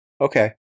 Okay